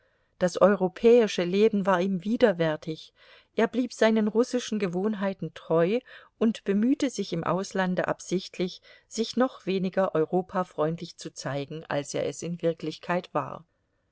das europäische leben war ihm widerwärtig er blieb seinen russischen gewohnheiten treu und bemühte sich im auslande absichtlich sich noch weniger europafreundlich zu zeigen als er es in wirklichkeit war